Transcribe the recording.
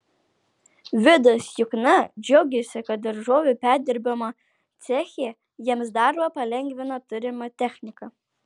vidas jukna džiaugiasi kad daržovių perdirbimo ceche jiems darbą palengvina turima technika